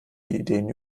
ideen